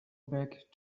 back